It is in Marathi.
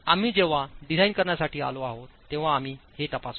आम्ही जेव्हा डिझाइन करण्यासाठी आलो आहोत तेव्हा आम्ही हे तपासू